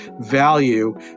value